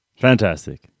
Fantastic